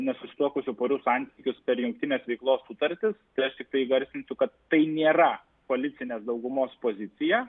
nesusituokusių porų santykius per jungtinės veiklos sutartis tai aš tiktai įgarsinsiu kad tai nėra politinės daugumos pozicija